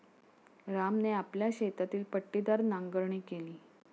रामने आपल्या शेतातील पट्टीदार नांगरणी केली